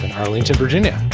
and arlington, virginia.